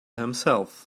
himself